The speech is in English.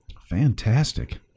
fantastic